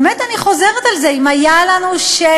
באמת אני חוזרת על זה: אם היה לנו שקל